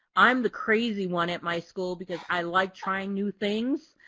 i'm the crazy one at my school because i like trying new things.